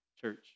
church